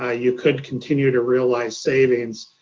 ah you could continue to realize savings,